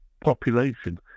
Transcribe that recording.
population